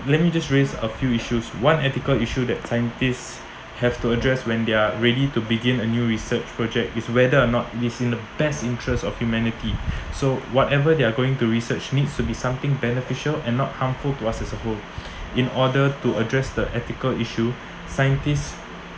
let me just raised a few issues one ethical issue that scientists have to address when they are ready to begin a new research project is whether or not it's in the best interest of humanity so whatever they are going to research needs to be something beneficial and not harmful to us as a whole in order to address the ethical issue scientists